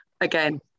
again